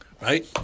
right